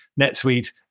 NetSuite